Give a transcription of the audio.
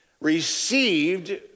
received